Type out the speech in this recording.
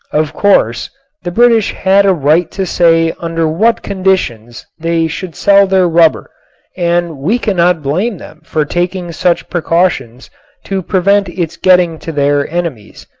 of course the british had a right to say under what conditions they should sell their rubber and we cannot blame them for taking such precautions to prevent its getting to their enemies,